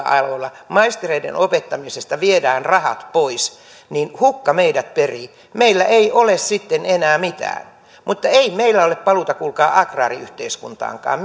aloilla maistereiden opettamisesta viedään rahat pois niin hukka meidät perii meillä ei ole sitten enää mitään mutta ei meillä ole paluuta kuulkaa agraariyhteiskuntaakaan